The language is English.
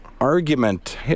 Argument